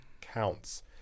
counts